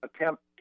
attempt